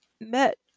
met